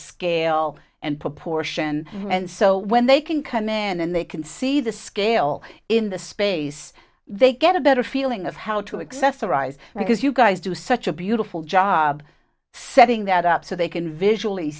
scale and proportion and so when they can come in and they can see the scale in the space they get a better feeling of how to access arise because you guys do such a beautiful job setting that up so they can visually